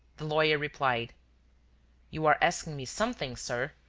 the lawyer replied you are asking me something, sir,